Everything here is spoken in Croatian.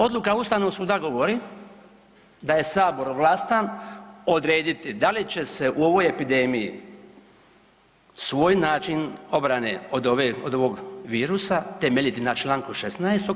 Odluka Ustavnog suda govori da je Sabor ovlašten odrediti da li će se u ovoj epidemiji svoj način obrane od ovog virusa temeljiti na članku 16.